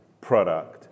product